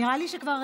נראה לי שזו כבר